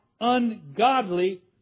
ungodly